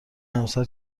همسر